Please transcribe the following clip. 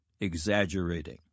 exaggerating